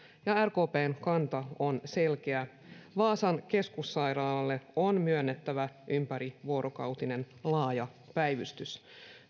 ja rkpn kanta on selkeä vaasan keskussairaalalle on myönnettävä ympärivuorokautinen laaja päivystys